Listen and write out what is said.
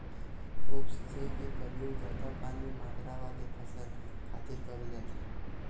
उप सिंचई के परयोग जादा पानी मातरा वाले फसल खातिर करे जाथे